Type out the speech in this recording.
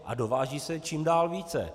A dováží se čím dál více.